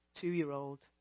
two-year-old